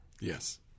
Yes